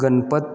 Ganpat